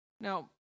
Now